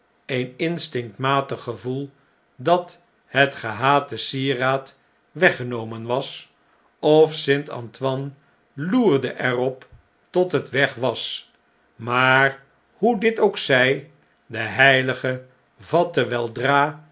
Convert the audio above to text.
een instinctmatig gevoel dat het gehate sieraad weggenomen was of st antoine loerde er op tot het weg was maar hoe dit ook zij de heilige vatte weldra